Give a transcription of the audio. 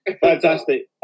Fantastic